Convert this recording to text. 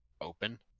open